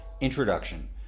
Introduction